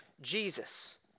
Jesus